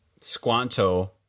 Squanto